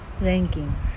ranking